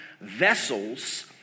vessels